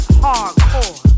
hardcore